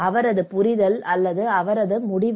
அவரது புரிதல் அல்லது அவரது முடிவு